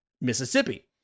Mississippi